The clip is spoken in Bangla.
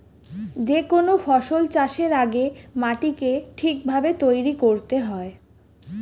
যে কোনো ফসল চাষের আগে মাটিকে ঠিক ভাবে তৈরি করতে হয়